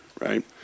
right